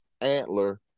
antler